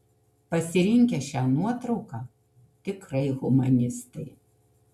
pasirinkę šią nuotrauką tikrai humanistai